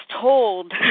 told